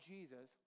Jesus